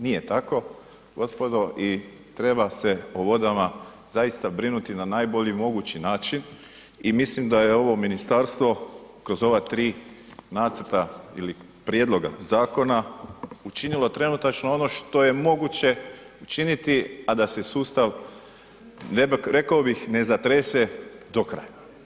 Nije tako gospodo i treba se o vodama zaista brinuti na najbolji mogući način i mislim da je ovo ministarstvo kroz ova tri nacrta ili prijedloga zakona učinilo trenutačno ono što je moguće činiti, a da se sustav, rekao bih, ne zatrese do kraja.